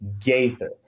Gaither